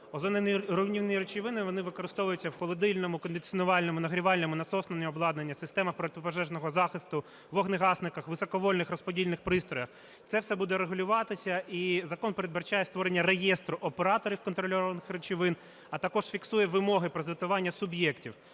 Озоноруйнівні речовини, вони використовуються в холодильному, кондиціонувальному, нагрівальному, насосному обладнанні, системі протипожежного захисту, вогнегасниках, високовольтних розподільних пристроях. Це все буде регулюватися. І закон передбачає створення реєстру операторів контрольованих речовин, а також фіксує вимоги при звітуванні суб'єктів.